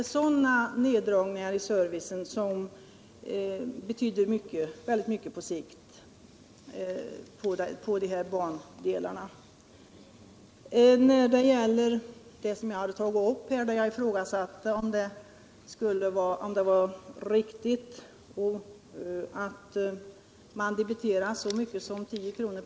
Sådana åtgärder betyder på sikt oerhört mycket för trafiken på dessa bandelar. Att jag ifrågasatte om det var riktigt att debitera så mycket som 10 kr.